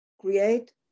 create